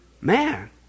man